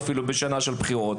בשנה של בחירות